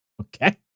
Okay